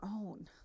own